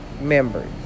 members